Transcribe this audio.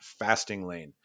Fastinglane